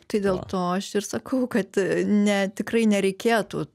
tai dėl to aš ir sakau kad ne tikrai nereikėtų